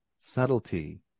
subtlety